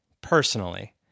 personally